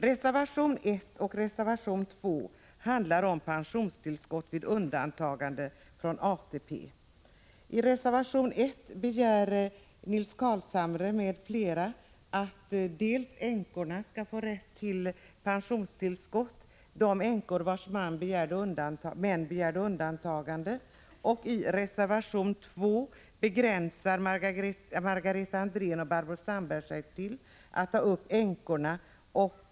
Reservationerna 1 och 2 handlar om pensionstillskott vid undantagande från ATP. I reservation 1 begär Nils Carlshamre m.fl. att änkorna skall få rätt till pensionstillskott. Det gäller de änkor vilkas män begärt undantagande. I reservation 2 begränsar Margareta Andrén och Barbro Sandberg sig till att ta upp änkornas situation.